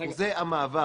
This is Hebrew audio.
אחוזי המעבר